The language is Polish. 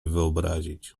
wyobrazić